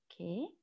Okay